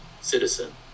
citizen